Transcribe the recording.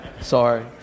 Sorry